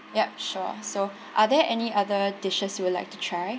yup sure so are there any other dishes you would like to try